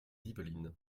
yvelines